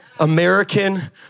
American